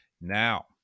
Now